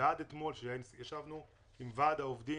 ועד אתמול עת ישבנו עם ועד העובדים,